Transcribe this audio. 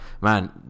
Man